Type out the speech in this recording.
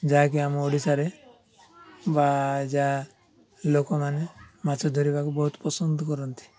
ଯାହାକି ଆମ ଓଡ଼ିଶାରେ ବା ଯାହା ଲୋକମାନେ ମାଛ ଧରିବାକୁ ବହୁତ ପସନ୍ଦ କରନ୍ତି